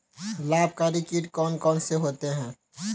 लाभकारी कीट कौन कौन से होते हैं?